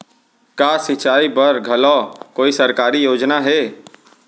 का सिंचाई बर घलो कोई सरकारी योजना हे?